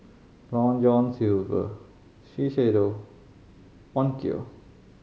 Long John Silver Shiseido Onkyo